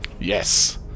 Yes